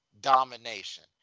domination